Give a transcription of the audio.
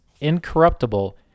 incorruptible